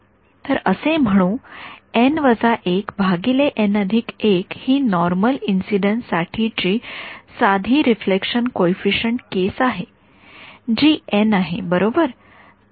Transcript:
तर असे म्हणू एन १एन१ ही नॉर्मल इन्सिडन्ससाठी ची साधी रिफ्लेक्शन कॉइफिसिएंट केस आहे जी एन आहे बरोबर